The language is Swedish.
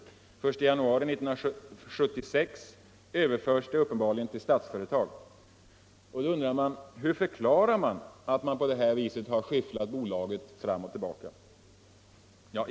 Den 1 januari 1976 överförs det uppenbarligen till Statsföretag. Hur förklarar man då att man på detta sätt skyfflat bolaget fram och tillbaka?